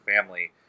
family